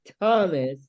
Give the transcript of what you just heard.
Thomas